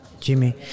Jimmy